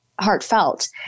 heartfelt